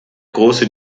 große